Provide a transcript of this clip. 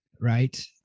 right